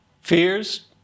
fears